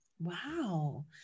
Wow